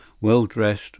well-dressed